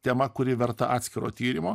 tema kuri verta atskiro tyrimo